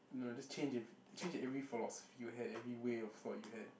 no just change in change in every philosophy you had every way of thought you had